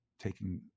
taking